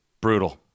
Brutal